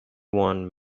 won